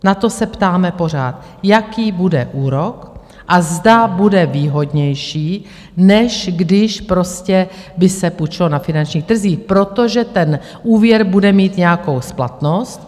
Na to se ptáme pořád, jaký bude úrok a zda bude výhodnější, než když prostě by se půjčilo na finančních trzích, protože ten úvěr bude mít nějakou splatnost.